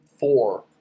Four